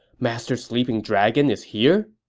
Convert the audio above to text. master sleeping dragon is here?